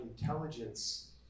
intelligence